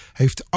heeft